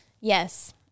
Yes